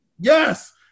Yes